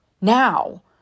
now